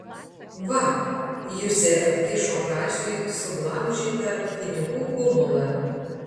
va juzė atkišo kaziui suglamžytą pinigų gumulą